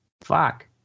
Fuck